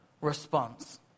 response